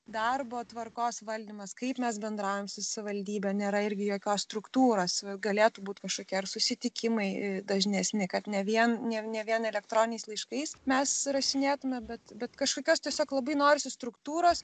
darbo tvarkos valdymas kaip mes bendraujam su savivaldybe nėra irgi jokios struktūros galėtų būt kažkokie ar susitikimai dažnesni kad ne vien ne vien elektroniniais laiškais mes rašinėtumėte bet bet kažkokios tiesiog labai norisi struktūros